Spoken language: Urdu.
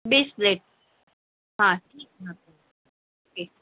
بیس پلیٹ ہاں ٹھیک